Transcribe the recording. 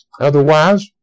Otherwise